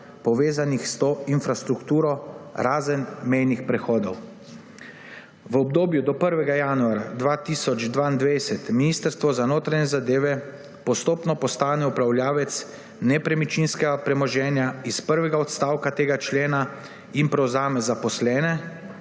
povezanih s to infrastrukturo, razen mejnih prehodov. V obdobju do 1. januarja 2022 Ministrstvo za notranje zadeve postopno postane upravljavec nepremičninskega premoženja iz prvega odstavka tega člena in prevzame zaposlene,